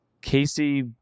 Casey